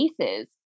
cases